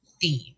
theme